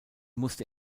musste